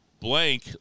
blank